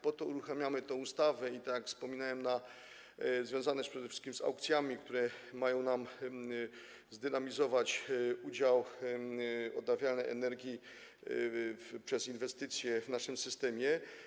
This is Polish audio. Po to uruchamiamy tę ustawę, tak jak wspomniałem, i jest to związane przede wszystkim z aukcjami, które mają zdynamizować udział odnawialnej energii poprzez inwestycje w naszym systemie.